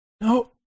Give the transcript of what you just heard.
no